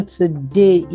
today